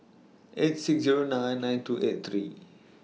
eight six Zero nine nine two eight three